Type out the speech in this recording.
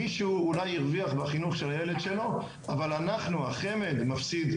מישהו אולי הרוויח בחינוך של הילד שלו אבל אנחנו החמ"ד מפסיד,